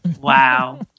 Wow